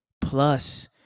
plus